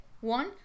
One